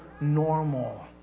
normal